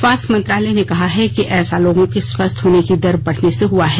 स्वास्थ्य मंत्रालय ने कहा है कि ऐसा लोगों के स्वस्थ होने की दर बढ़ने से हुआ है